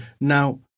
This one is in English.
Now